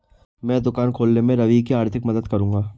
मैं दुकान खोलने में रवि की आर्थिक मदद करूंगा